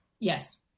Yes